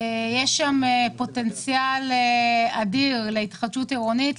יש פוטנציאל אדיר להתחדשות עירונית.